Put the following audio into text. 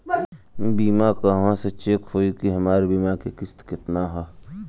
बीमा कहवा से चेक होयी की हमार बीमा के किस्त केतना ह?